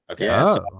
Okay